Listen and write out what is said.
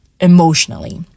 emotionally